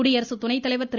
குடியரசு துணைத்தலைவர் திரு